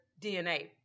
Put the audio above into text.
DNA